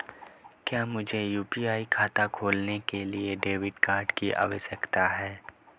क्या मुझे यू.पी.आई खाता खोलने के लिए डेबिट कार्ड की आवश्यकता है?